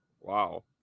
Wow